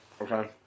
Okay